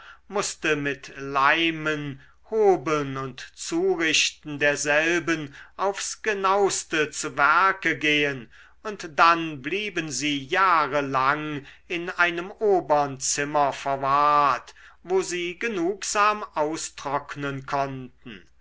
mußte mit leimen hobeln und zurichten derselben aufs genauste zu werke gehen und dann blieben sie jahre lang in einem obern zimmer verwahrt wo sie genugsam austrocknen konnten